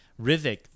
Rivik